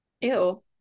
Ew